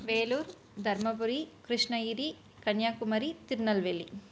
Vellore Dharmapuri Krishnagiri Kanyakumari Tirunelveli